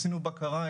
עשינו בקרה,